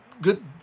good